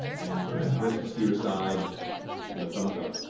and kind of drifts to your side with a thumbs-up.